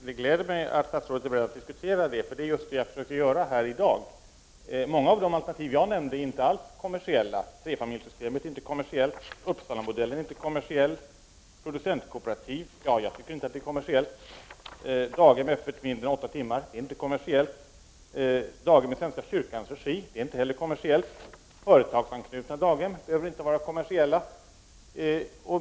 Herr talman! Det gläder mig att statsrådet är beredd att diskutera det. För det är just det jag försöker göra här i dag. Många av de alternativ jag nämnde är inte alls kommersiella. Trefamiljssystemet är inte kommersiellt, Uppsalamodellen är inte kommersiell. Jag tycker inte att producentkooperativ är kommersiella. Daghem som är öppet mindre än åtta timmar om dagen är inte kommersiellt. Daghem i svenska kyrkans regi är inte heller kommersiellt och företagsanknutna daghem behöver inte vara kommersiella.